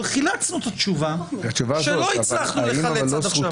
אבל חילצנו את התשובה שלא הצלחנו לחלץ עד עכשיו.